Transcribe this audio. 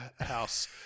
house